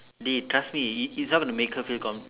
dey trust me he's not gonna make her feel com~